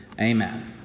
Amen